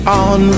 on